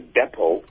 depot